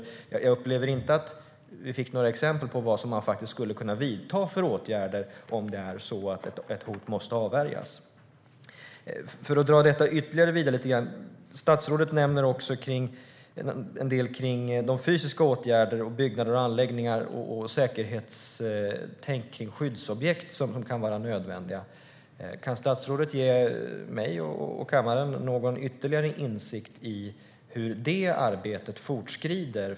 Jag upplever inte att vi fick några exempel på vilka åtgärder man faktiskt skulle kunna vidta om ett hot måste avvärjas. Jag ska dra detta vidare ytterligare lite grann. Statsrådet nämner en del om de fysiska åtgärder kring byggnader och anläggningar som kan vara nödvändiga och om säkerhetstänk kring skyddsobjekt. Kan statsrådet ge mig och kammaren någon ytterligare insikt i hur det arbetet fortskrider?